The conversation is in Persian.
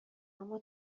اما